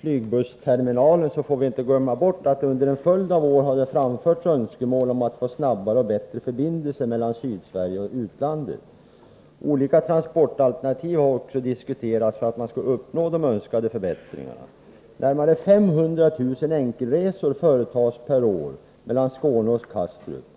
flygpassagerarterminalen får vi inte glömma bort att under en följd av år har det framförts önskemål om att få snabbare och bättre förbindelser mellan Sydsverige och utlandet. Olika transportalternativ har också diskuterats för att man skulle uppnå de önskade förbättringarna. Närmare 500 000 enkelresor företas nu per år mellan Skåne och Kastrup.